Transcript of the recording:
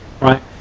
right